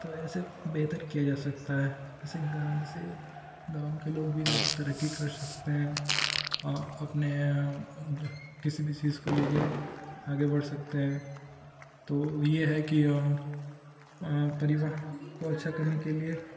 ऐसे बेहतर किया जा सकता है जैसे गाँव जैसे गाँव के लोग भी ज़्यादा तरक्की कर सकते हैं अपनी किसी भी चीज़ को लेकर आगे बढ़ सकते हैं तो यह है कि परिवहन को अच्छा करने के लिए